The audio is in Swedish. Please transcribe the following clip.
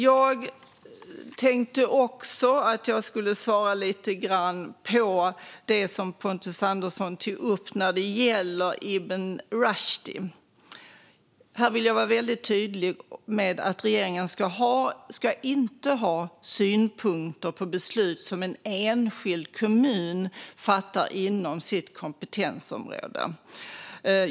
Jag vill också svara på det som Pontus Andersson tog upp angående Ibn Rushd. Jag vill vara väldig tydlig med att regeringen inte ska ha synpunkter på beslut som en enskild kommun fattar inom sitt kompetensområde.